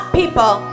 people